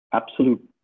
absolute